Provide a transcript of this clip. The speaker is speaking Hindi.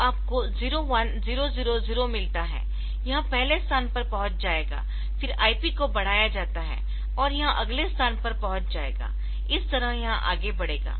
तो आपको 01000 मिलता है यह पहले स्थान पर पहुंच जाएगा फिर IP को बढ़ाया जाता है और यह अगले स्थान पर पहुंच जाएगा इस तरह यह आगे बढ़ेगा